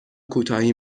کوتاهی